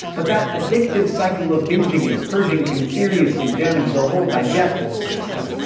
but that addictive cycle of binging and purging can seriously damage the whole digestive system,